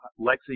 lexi